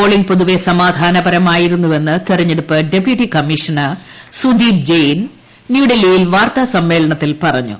polling പൊതുവെ സമാധാനപരമായിരുന്നുവെന്ന് തെരഞ്ഞെടുപ്പ് ഡെപ്യൂട്ടി കമ്മീഷണർ സൂദീപ് ജെയിൻ ന്യൂഡൽഹിയിൽ വാർത്താ സമ്മേളനത്തിൽ പറഞ്ഞു